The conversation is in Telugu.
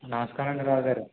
నమస్కారం అండి రావుగారు